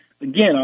Again